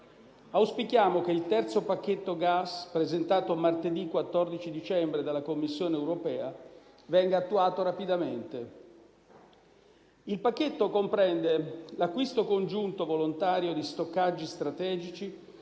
Auspichiamo che il terzo pacchetto gas, presentato martedì 14 dicembre dalla Commissione europea, venga attuato rapidamente. Il pacchetto comprende l'acquisto congiunto volontario di stoccaggi strategici